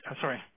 Sorry